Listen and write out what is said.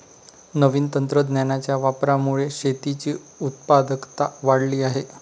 नवीन तंत्रज्ञानाच्या वापरामुळे शेतीची उत्पादकता वाढली आहे